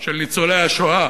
של ניצולי השואה,